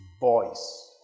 voice